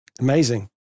Amazing